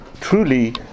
truly